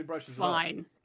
fine